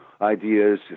ideas